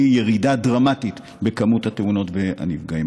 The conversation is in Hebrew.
שתהיה ירידה דרמטית בכמות התאונות והנפגעים.